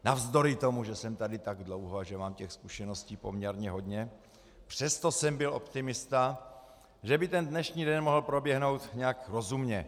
Navzdory tomu, že jsem tady tak dlouho a že mám těch zkušeností poměrně hodně, přesto jsem byl optimista, že by ten dnešní den mohl proběhnout nějak rozumně.